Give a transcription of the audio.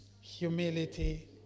humility